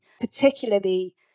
particularly